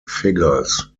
figures